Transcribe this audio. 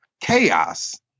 chaos